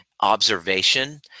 observation